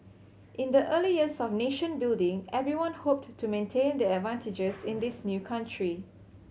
in the early years of nation building everyone hoped to maintain their advantages in this new country